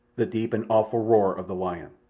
the deep and awful roar of the lion.